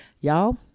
Y'all